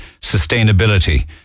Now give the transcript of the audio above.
sustainability